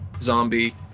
zombie